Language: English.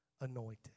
anointed